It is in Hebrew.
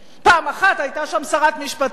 פעם אחת היתה שם שרת משפטים,